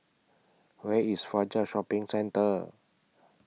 Where IS Fajar Shopping Centre